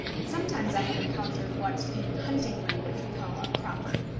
sometimes i have encountered what, in hunting language, we call a cropper.